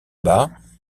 bas